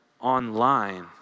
online